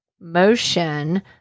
motion